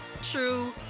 true